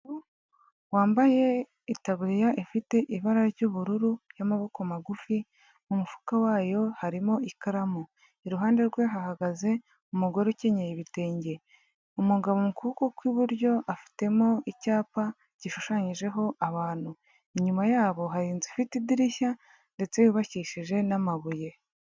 Umugabo wambaye itaburiya ifite ibara ry'ubururu n'amaboko magufi mu mufuka wayo harimo ikaramu. Iruhande rwe hahagaze umugore ukenyeye ibitenge. umugabo mu kuboko kw'iburyo afitemo icyapa gishushanyijeho abantu. Inyuma yabo hari inzu ifite idirishya ndetse yubakishije n'amabuye.